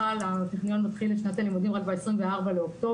הטכניון מתחיל את שנת הלימודים רק ב-24 לאוקטובר,